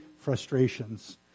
frustrations